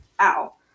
ow